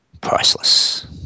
priceless